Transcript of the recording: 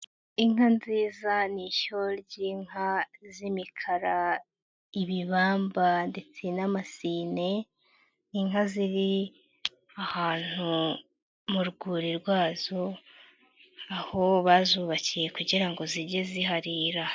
Inka nziza ni ishyo ry'inka z'imikara, ibibamba ndetse n'amasine, ni inka ziri ahantu mu rwuri rwazo aho bazubakiye kugira ngo zijye ziharira.